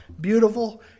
beautiful